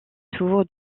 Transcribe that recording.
tour